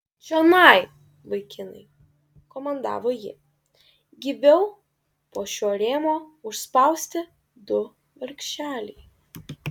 čionai vaikinai komandavo ji gyviau po šiuo rėmo užspausti du vargšeliai